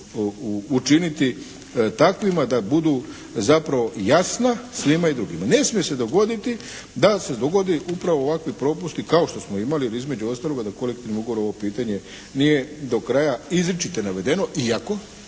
učiniti takvima da budu zapravo jasna svima i drugima. Ne smije se dogoditi da se dogode upravo ovakvi propusti kao što smo imali između ostaloga da kolektivni ugovor ovo pitanje nije do kraja izričito je navedeno iako